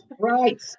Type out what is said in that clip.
right